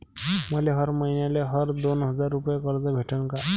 मले हर मईन्याले हर दोन हजार रुपये कर्ज भेटन का?